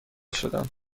شدم